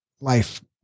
life